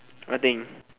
what thing